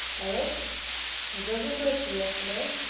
eric, i was over in bristol yesterday.